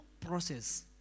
process